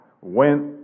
went